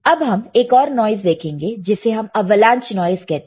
अब हम एक और नॉइस देखेंगे जिसे हम अवलांच नॉइस कहते हैं